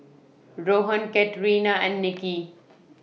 Rohan Katarina and Nicky